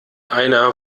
einer